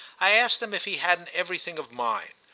i asked him if he hadn't everything of mine.